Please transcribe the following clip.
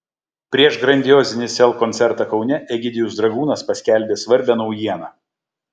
prieš grandiozinį sel koncertą kaune egidijus dragūnas paskelbė svarbią naujieną